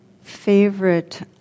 favorite